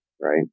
right